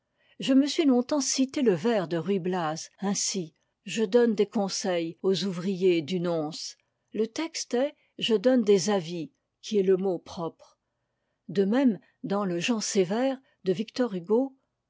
je me suis longtemps cité le vers de ruy blas ainsi je donne des conseils aux ouvriers du nonce le texte est je donne des avis qui est le mot propre de même dans le jean sévère de victor hugo un